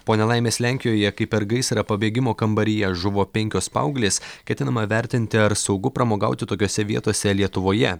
po nelaimės lenkijoje kai per gaisrą pabėgimo kambaryje žuvo penkios paauglės ketinama vertinti ar saugu pramogauti tokiose vietose lietuvoje